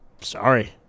Sorry